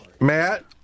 Matt